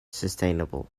sustainable